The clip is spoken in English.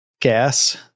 gas